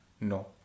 No